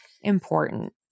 important